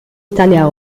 italia